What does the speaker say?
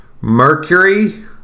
Mercury